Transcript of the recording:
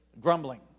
Grumbling